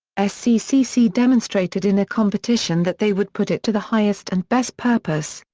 sccc demonstrated in a competition that they would put it to the highest and best purpose,